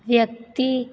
ਵਿਅਕਤੀ